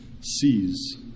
sees